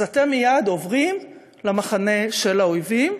אז אתם מייד עוברים למחנה של האויבים.